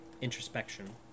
introspection